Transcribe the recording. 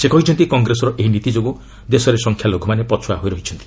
ସେ କହିଛନ୍ତି କଂଗ୍ରେସର ଏହି ନୀତି ଯୋଗୁଁ ଦେଶରେ ସଂଖ୍ୟାଲଘ୍ରମାନେ ପଛ୍ରଆ ହୋଇ ରହିଛନ୍ତି